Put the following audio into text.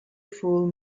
full